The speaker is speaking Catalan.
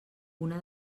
una